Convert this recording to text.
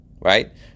Right